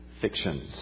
fictions